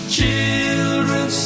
Children